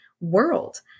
world